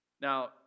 Now